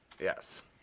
Yes